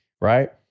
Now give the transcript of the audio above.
Right